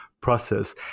process